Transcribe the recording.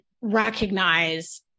recognize